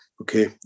okay